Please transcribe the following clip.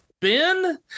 Ben